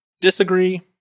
disagree